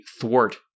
thwart